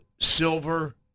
silver